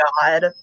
God